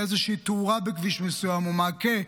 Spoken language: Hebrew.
איזושהי תאורה בכביש מסוים או מעקה,